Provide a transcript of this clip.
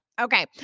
Okay